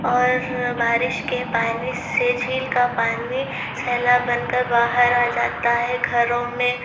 اور بارش کے پانی سے جھیل کا پانی سیلاب بن کر باہر آ جاتا ہے گھروں میں